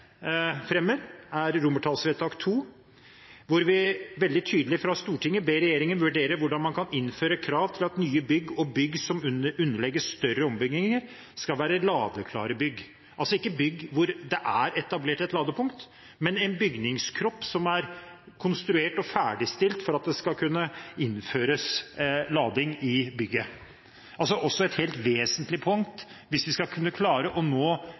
fremmer, er vedtak II, hvor vi veldig tydelig fra Stortinget ber regjeringen om å vurdere hvordan man kan innføre krav til at nye bygg og bygg som underlegges større ombygginger, skal være ladeklare bygg, altså ikke for bygg hvor det er etablert et ladepunkt, men at det innføres lading i bygget for en bygningskropp som er konstruert og ferdigstilt. Det er også et helt vesentlig punkt hvis vi skal klare å nå